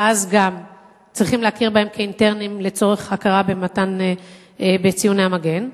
ואז גם צריך להכיר בהם כאינטרניים לצורך הכרה בציוני המגן,